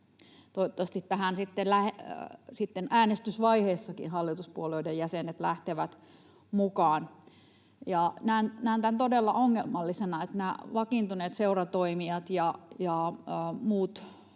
sitten äänestysvaiheessakin hallituspuolueiden jäsenet lähtevät mukaan. Näen tämän todella ongelmallisena, että vakiintuneiden seuratoimijoiden ja